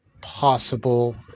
possible